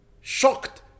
shocked